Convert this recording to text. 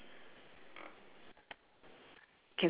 right do you see three sheep